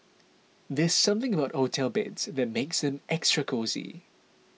there's something about hotel beds that makes them extra cosy